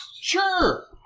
Sure